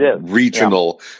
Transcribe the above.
regional